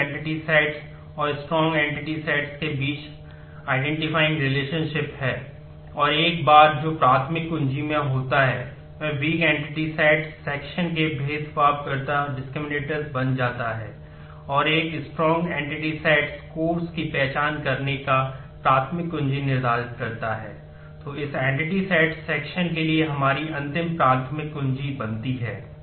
week entity sets बनती है